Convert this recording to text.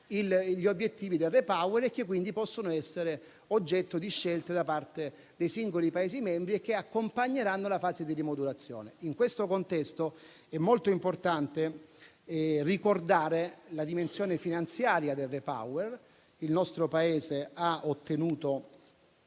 degli obiettivi del Repower, che quindi possono essere oggetto di scelta da parte dei singoli Paesi membri e che accompagneranno la fase di rimodulazione. In questo contesto, è molto importante ricordare la dimensione finanziaria del Repower: il nostro Paese otterrebbe